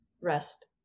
rest